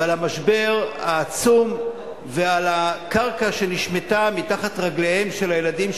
ועל המשבר העצום ועל הקרקע שנשמטה מתחת רגליהם של הילדים,